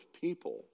people